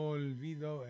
olvido